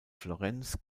florenz